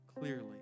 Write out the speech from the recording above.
clearly